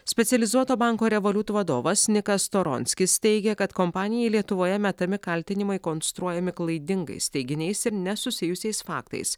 specializuoto banko revolut vadovas nikas storonskis teigia kad kompanijai lietuvoje metami kaltinimai konstruojami klaidingais teiginiais ir nesusijusiais faktais